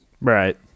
Right